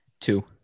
Two